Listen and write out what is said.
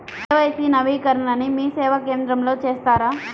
KYC నవీకరణని మీసేవా కేంద్రం లో చేస్తారా?